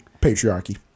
Patriarchy